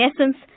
essence